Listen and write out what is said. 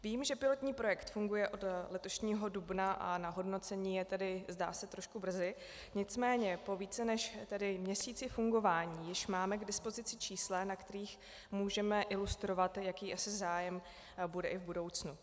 Vím, že pilotní projekt funguje od letošního dubna a na hodnocení je tedy, zdá se, trošku brzy, nicméně po více než měsíci fungování již máme k dispozici čísla, na kterých můžeme ilustrovat, jaký asi zájem bude i v budoucnu.